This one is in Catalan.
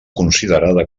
considerada